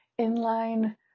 inline